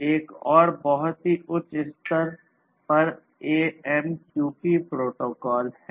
एक और बहुत ही उच्च स्तर पर AMQP प्रोटोकॉल है